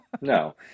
No